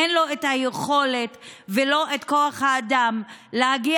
אין לו את היכולת ולא את כוח האדם להגיע